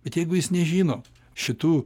bet jeigu jis nežino šitų